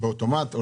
באופן אוטומטי או